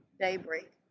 daybreak